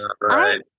Right